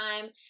time